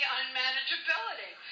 unmanageability